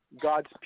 God's